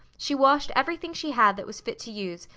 she washed everything she had that was fit to use,